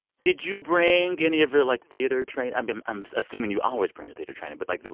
did you bring any of your, like, theater training i'm i'm assuming you always bring your theater training. but like,